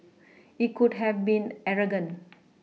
it could have been arrogant